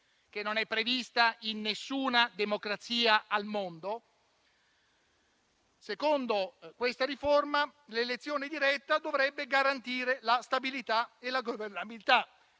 - non è prevista in nessuna democrazia al mondo. Secondo questa riforma, l'elezione diretta dovrebbe garantire la stabilità e la governabilità,